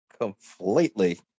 Completely